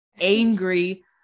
angry